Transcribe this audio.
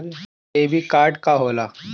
Debit card का होला?